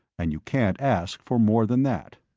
and you can't ask for more than that.